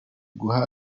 guha